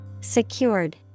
secured